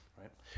right